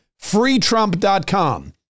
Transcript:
Freetrump.com